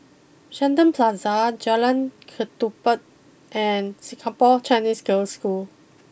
Shenton Plaza Jalan Ketumbit and Singapore Chinese Girls' School